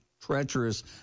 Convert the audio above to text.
treacherous